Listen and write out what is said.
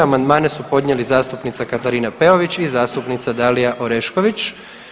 Amandmane su podnijeli zastupnica Katarina Peović i zastupnica Dalija Orešković.